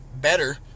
better